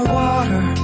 water